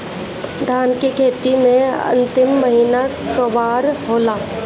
धान के खेती मे अन्तिम महीना कुवार होला?